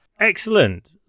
Excellent